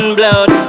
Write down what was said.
blood